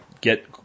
get